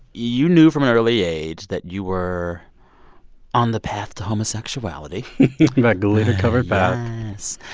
you knew from an early age that you were on the path to homosexuality that glitter-covered path yes.